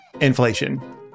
inflation